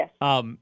Yes